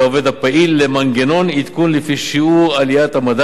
הפעיל למנגנון עדכון לפי שיעור עליית המדד,